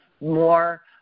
more